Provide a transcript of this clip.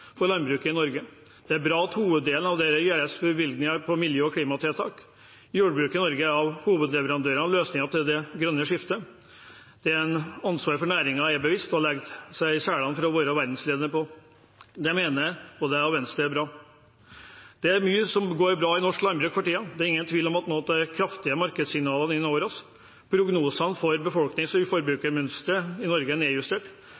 for landbruket i Norge. Det er bra at det i hoveddelen gis bevilgninger til miljø- og klimatiltak. Jordbruket i Norge er en av hovedleverandørene av løsninger til det grønne skiftet, næringen er seg sitt ansvar bevisst og legger seg i selen for å være verdensledende. Det mener jeg og Venstre er bra. Det er mye som går bra i norsk landbruk for tiden. Det er ingen tvil om at noen av de kraftige markedssignalene når oss. Men at prognosene for befolkningsvekst og forbruksmønster i Norge er nedjustert,